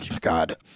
God